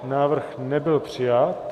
Návrh nebyl přijat.